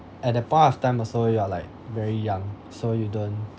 at that point of time also you are like very young so you don't